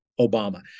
Obama